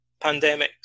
pandemics